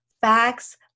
facts